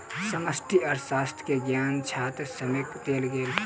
समष्टि अर्थशास्त्र के ज्ञान छात्र सभके देल गेल